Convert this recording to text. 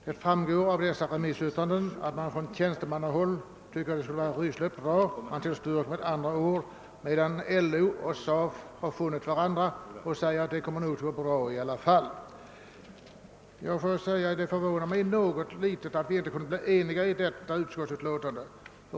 Det framgår av remissyttrandena att man från tjänstemannahåll tillstyrker förslaget, medan LO och SAF har funnit varandra och menar att det nog kommer att gå bra i alla fall. Det förvånar mig något litet att vi inte har kunnat bli eniga i denna fråga.